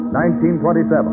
1927